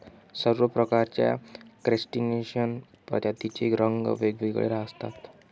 सर्व प्रकारच्या क्रस्टेशियन प्रजातींचे रंग वेगवेगळे असतात